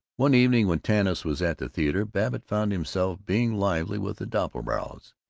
one evening when tanis was at the theater, babbitt found himself being lively with the doppelbraus,